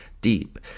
deep